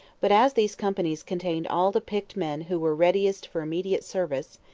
but as these companies contained all the picked men who were readiest for immediate service,